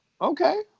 okay